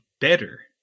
better